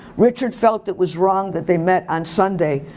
richard felt that was wrong that they met on sunday.